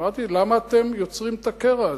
אמרתי להם: למה אתם יוצרים את הקרע הזה?